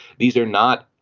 these are not